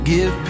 Give